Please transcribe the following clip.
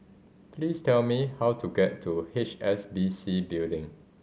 please tell me how to get to H S B C Building